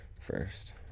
first